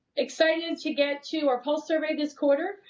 excited to get to our pulse survey this quarter.